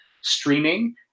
streaming